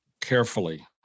carefully